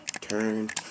Turn